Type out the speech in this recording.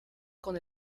con